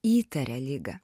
įtaria ligą